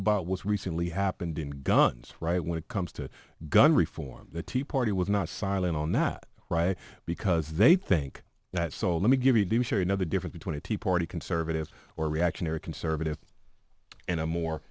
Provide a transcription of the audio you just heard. about was recently happened in guns right when it comes to gun reform the tea party was not silent on that because they think that so let me give you do share you know the difference between a tea party conservative or reactionary conservative and a more